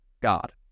God